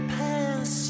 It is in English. pass